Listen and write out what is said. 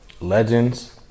Legends